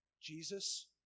Jesus